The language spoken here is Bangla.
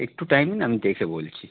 একটু টাইম দিন আমি দেখে বলছি